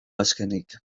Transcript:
azkenik